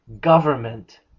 government